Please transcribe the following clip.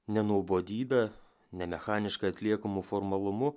ne nuobodybe ne mechaniškai atliekamu formalumu